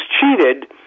cheated